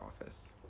office